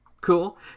cool